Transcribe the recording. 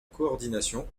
coordination